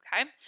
Okay